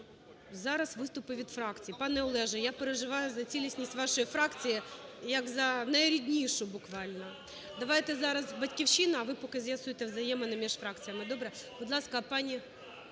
Зараз виступи від фракцій. Пане Олеже, я переживаю за цілісність вашої фракції, як за найріднішу буквально. Давайте зараз "Батьківщина", а ви поки з'ясуйте взаємини між фракціями. Добре? Будь ласка, пані…